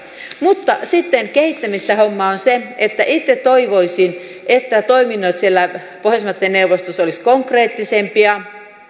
mutta sitten kehittämistä hommaan on se että itse toivoisin että toiminnot siellä pohjoismaiden neuvostossa olisivat konkreettisempia ja